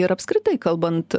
ir apskritai kalbant